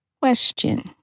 Question